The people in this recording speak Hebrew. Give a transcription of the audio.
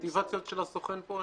מסכים.